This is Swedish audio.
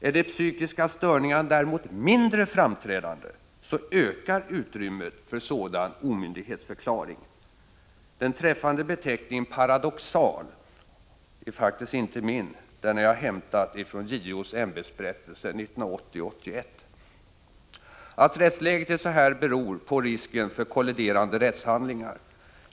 Är de psykiska störningarna däremot mindre framträdande, ökar utrymmet för sådan omyndighetsförklaring. Den träffande beteckningen ”paradoxal” är inte min — den har jag faktiskt hämtat från JO:s ämbetsberättelse 1980/81. Att rättsläget är så här beror på risken för kolliderande rättshandlingar.